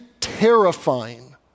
terrifying